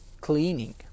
cleaning